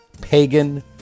pagan